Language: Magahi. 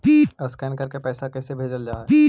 स्कैन करके पैसा कैसे भेजल जा हइ?